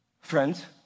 Friends